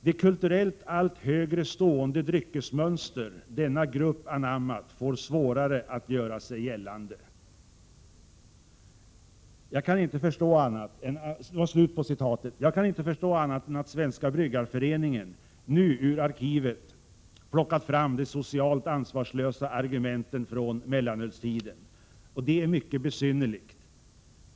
Det kulturellt allt högre stående dryckesmönster denna grupp anammat får svårare att göra sig gällande.” Jag kan inte förstå annat än att Svenska bryggareföreningen nu ur arkivet plockat fram de socialt ansvarslösa argumenten från mellanölstiden. Det är mycket besynnerligt.